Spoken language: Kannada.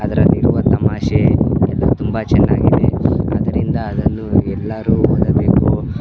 ಅದರಲ್ಲಿರುವ ತಮಾಷೆ ಎಲ್ಲ ತುಂಬ ಚೆನ್ನಾಗಿದೆ ಅದರಿಂದ ಅದನ್ನು ಎಲ್ಲರು ಓದಬೇಕು